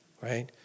right